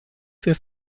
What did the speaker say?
für